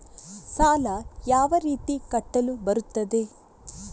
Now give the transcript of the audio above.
ಸಾಲ ಯಾವ ರೀತಿ ಕಟ್ಟಲು ಬರುತ್ತದೆ?